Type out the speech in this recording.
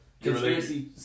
Conspiracy